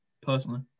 personally